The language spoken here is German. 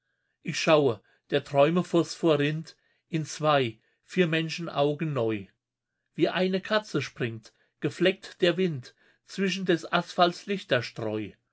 ich schaue der träume phosphor rinnt in zwei vier menschenaugen neu wie eine katze springt gefleckt der wind zwischen des asphalts